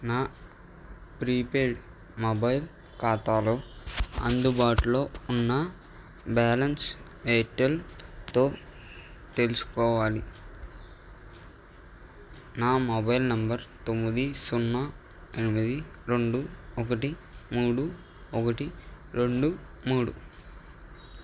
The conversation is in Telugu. నా ప్రీపెయిడ్ మొబైల్ ఖాతాలో అందుబాటులో ఉన్న బ్యాలెన్స్ ఎయిర్టెల్తో తెలుసుకోవాలి నా మొబైల్ నెంబర్ తొమ్మిది సున్నా ఎనిమిది రెండు ఒకటి మూడు ఒకటి రెండు మూడు